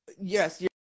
yes